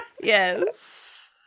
Yes